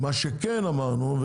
מה שכן אמרנו,